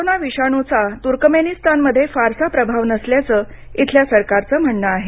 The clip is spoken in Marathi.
कोरोना विषाणूचा तुर्कमेनिस्तानमध्ये फारसा प्रभाव नसल्याचं इथल्या सरकारचं म्हणणं आहे